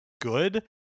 good